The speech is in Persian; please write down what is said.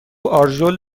آرژول